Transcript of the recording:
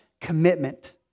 commitment